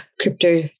crypto